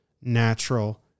natural